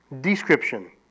description